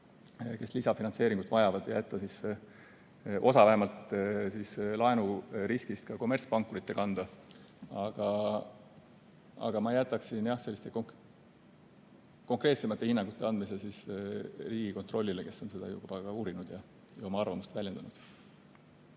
kes lisafinantseeringut vajavad, jätta vähemalt osa laenuriskist ka kommertspankurite kanda. Aga ma jätaksin jah selliste konkreetsemate hinnangute andmise Riigikontrollile, kes on seda juba ka uurinud ja oma arvamust väljendanud.